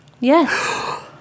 Yes